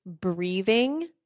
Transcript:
breathing